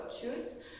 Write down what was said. choose